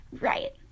right